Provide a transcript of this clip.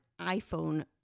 iPhone